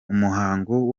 umuhango